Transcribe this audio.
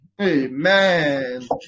Amen